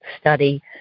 study